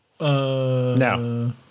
No